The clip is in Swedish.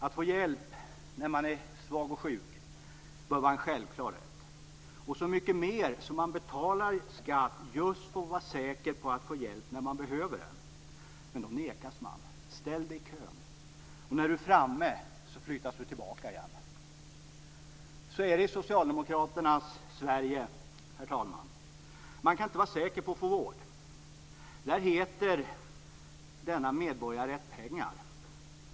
Att få hjälp när man är svag och sjuk bör vara en självklar rätt, så mycket mer då man betalar skatt just för att vara säker på att få hjälp när man behöver den. Men då nekas man. Man blir tillsagd att ställa sig i kön. Och när man är framme flyttas man tillbaka igen. Så är det i Socialdemokraternas Sverige, herr talman. Man kan inte vara säker på att få vård. Där heter denna medborgarrätt pengar.